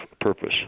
purpose